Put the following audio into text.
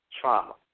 trauma